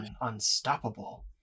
unstoppable